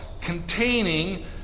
containing